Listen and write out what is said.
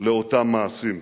על אותם מעשים.